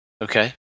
Okay